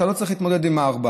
אתה לא צריך להתמודד עם העכבר.